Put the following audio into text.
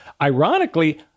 Ironically